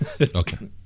Okay